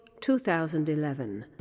2011